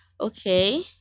Okay